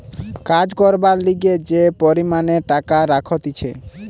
কাজ করবার লিগে যে পরিমাণে টাকা রাখতিছে